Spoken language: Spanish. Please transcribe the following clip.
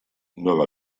nueva